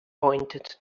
pointed